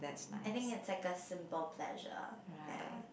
I think it's like a simple pleasure ya